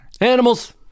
Animals